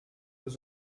was